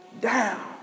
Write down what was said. down